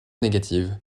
négatives